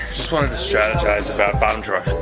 strategize about bottom drawer.